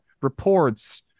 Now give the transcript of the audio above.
reports